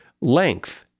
Length